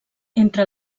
entre